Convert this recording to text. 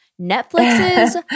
Netflix's